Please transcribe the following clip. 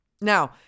Now